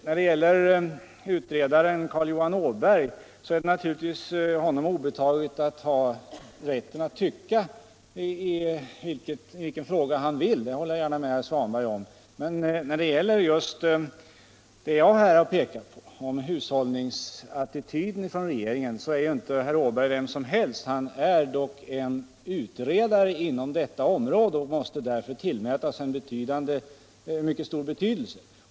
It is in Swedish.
När det gäller utredaren Carl Johan Åberg är det naturligtvis honom obetaget att tycka vad han vill. Det håller jag gärna med herr Svanberg om, men när det gäller just det jag har pekat på, hushållningsattityden från regeringens sida, är inte herr Åberg vem som helst. Han är dock en utredare inom detta område och hans uttalanden måste därför tillmätas en mycket stor betydelse.